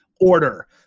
order